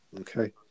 Okay